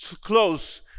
close